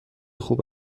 خوب